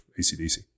ACDC